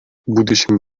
будущими